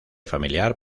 familiar